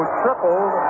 tripled